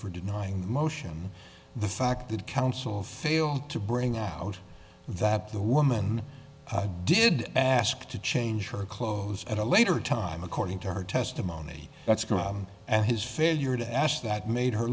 for denying the motion the fact that counsel failed to bring out that the woman i did ask to change her clothes at a later time according to her testimony that's crime and his failure to ask that made her